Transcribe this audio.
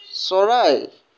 চৰাই